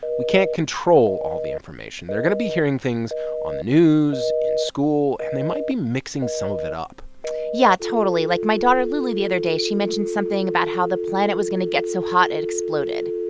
we can't control all the information. they're going to be hearing things on the news, in school. and they might be mixing some of it up yeah, totally. like, my daughter lulu the other day she mentioned something about how the planet was going to get so hot it exploded,